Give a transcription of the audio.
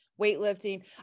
weightlifting